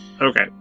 Okay